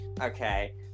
Okay